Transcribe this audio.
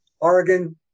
Oregon